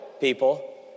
people